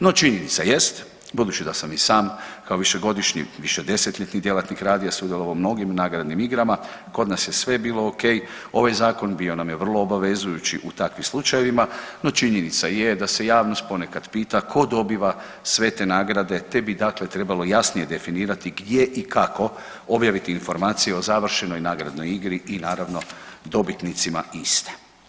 No činjenica jest budući da sam i sam kao višegodišnji višedesetljetni djelatnik radija sudjelovao u mnogim nagradnim igrama kod nas je sve bilo ok, ovaj zakon bio nam je vrlo obavezujući u takvim slučajevima, no činjenica je da se javnost ponekad pita ko dobiva sve te nagrade te bi dakle trebalo jasnije definirati gdje i kako objaviti informacije o završenoj nagradnoj igri i naravno dobitnicima iste.